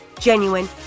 genuine